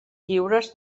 lliures